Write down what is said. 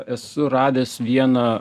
esu radęs vieną